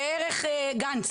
ראה ערך גנץ.